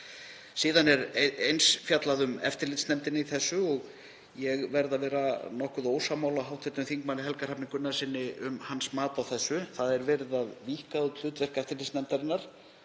Síðan er fjallað um eftirlitsnefndina í þessu og ég verð að vera nokkuð ósammála hv. þm. Helga Hrafni Gunnarssyni um hans mat á því. Það er verið að víkka út hlutverk eftirlitsnefndarinnar